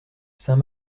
saint